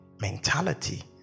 mentality